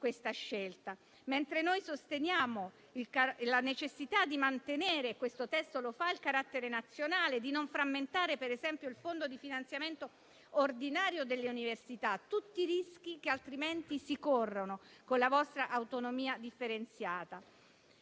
regressivo, mentre noi sosteniamo la necessità di mantenere - questo testo lo fa - il carattere nazionale, di non frammentare, per esempio, il Fondo di finanziamento ordinario delle università. Sono tutti rischi che altrimenti si corrono con la vostra autonomia differenziata;